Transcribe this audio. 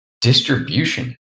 distribution